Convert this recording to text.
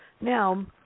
Now